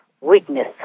weakness